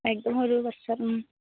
একদম সৰু বাচ্ছা